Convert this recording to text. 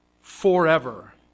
forever